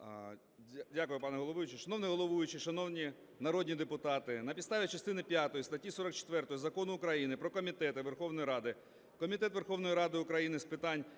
Дякую, пане головуючий. Шановний головуючий, шановні народні депутати, на підставі частини п'ятої статті 44 Закону України "Про комітети Верховної Ради" Комітет Верховної Ради України з питань